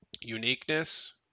Uniqueness